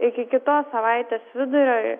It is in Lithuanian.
iki kitos savaitės vidurio